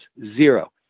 zero